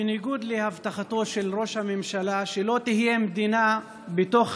בניגוד להבטחתו של ראש הממשלה שלא תהיה מדינה בתוך